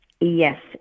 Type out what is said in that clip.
Yes